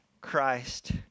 Christ